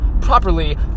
properly